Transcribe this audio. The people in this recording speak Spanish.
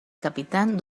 capitán